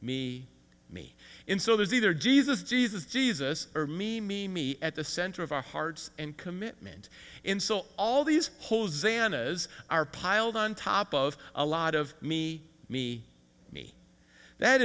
me me in so there's either jesus jesus jesus or me me me at the center of our hearts and commitment in so all these hosannas are piled on top of a lot of me me me that